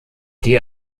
die